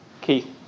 Keith